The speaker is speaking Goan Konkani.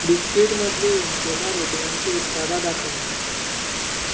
बिस्कीट मदलीं उंचेल्या रेटिंगांची उत्पादां दाखय